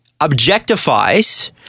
objectifies